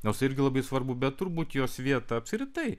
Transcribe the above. nors irgi labai svarbu bet turbūt jos vieta apskritai